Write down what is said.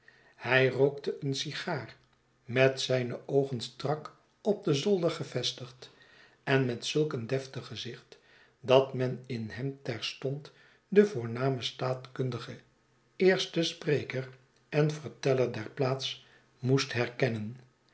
hij rookte eene sigaar met zijne oogen strak op den zolder gevestigden met zulk een deftig gezicht dat men in hem terstond den voornamen staatkundige eersten spreker en verteller der plaats moest herkennen